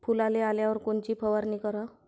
फुलाले आल्यावर कोनची फवारनी कराव?